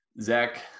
Zach